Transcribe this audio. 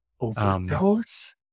Overdose